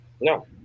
no